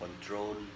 control